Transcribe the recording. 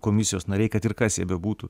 komisijos nariai kad ir kas jie bebūtų